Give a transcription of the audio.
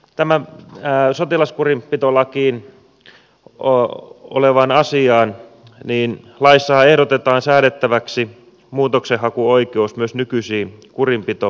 tämän näyn sotilaskurinpitolakiin tulee tähän sotilaskurinpitolakia koskevaan asiaan niin laissahan ehdotetaan säädettäväksi muutoksenhakuoikeus myös nykyisiin kurinpito ojennuksiin